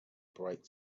bright